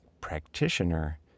practitioner